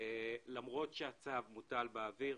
למרות הצו שמוטל באוויר.